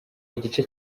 igice